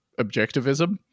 objectivism